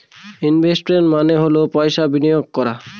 investment মানে হল পয়সা বিনিয়োগ করা